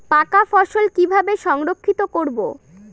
পাকা ফসল কিভাবে সংরক্ষিত করব?